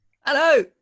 Hello